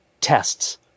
tests